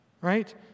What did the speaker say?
right